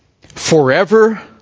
Forever